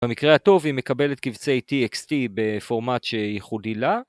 במקרה הטוב היא מקבלת קבצי TXT בפורמט שייחודי לה.